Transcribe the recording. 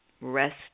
rest